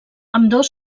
ambdós